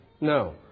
no